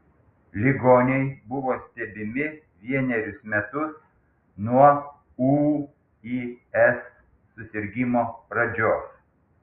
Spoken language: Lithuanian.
ligoniai buvo stebimi vienerius metus nuo ūis susirgimo pradžios